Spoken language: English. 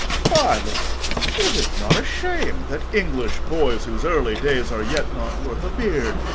fie, lords, is it not a shame that english boys, whose early days are yet not worth a beard,